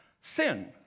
sin